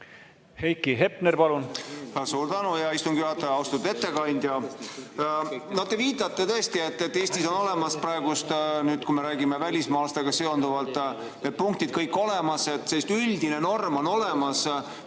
Heiki Hepner, palun!